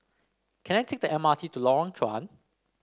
can I take the M R T to Lorong Chuan